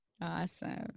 Awesome